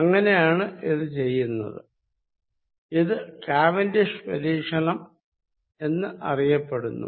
അങ്ങനെയാണ് ഇത് ചെയ്യുന്നത് ഇത് കാവൻഡിഷ് പരീക്ഷണം എന്നറിയപ്പെടുന്നു